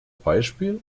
beispiel